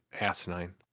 asinine